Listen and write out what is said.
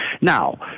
Now